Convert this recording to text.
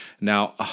Now